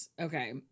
Okay